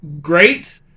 great